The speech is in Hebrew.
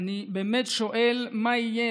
אני באמת שואל מה יהיה,